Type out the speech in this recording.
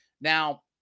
Now